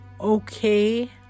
okay